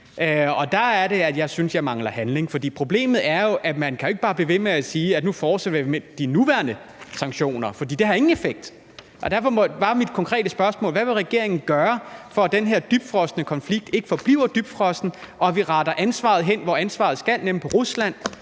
og der er det, at jeg synes, jeg mangler handling, fordi problemet jo er, at man ikke bare kan blive ved med at sige, at nu fortsætter vi med de nuværende sanktioner. For det har ingen effekt. Derfor var mit konkrete spørgsmål: Hvad vil regeringen gøre for, at den her dybfrosne konflikt ikke forbliver dybfrossen, og at vi retter ansvaret hen, hvor ansvaret skal være, nemlig på Rusland?